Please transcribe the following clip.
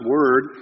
Word